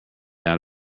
out